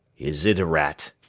is it a rat?